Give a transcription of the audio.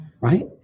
right